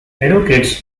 advocates